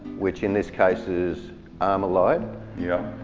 which in this case is armalite. yeah.